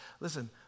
Listen